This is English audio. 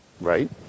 Right